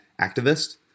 activist